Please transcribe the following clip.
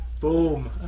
boom